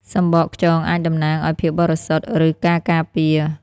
សំបកខ្យងអាចតំណាងឲ្យភាពបរិសុទ្ធ ឬការការពារ។